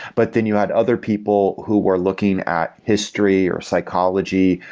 but then you had other people who were looking at history, or psychology.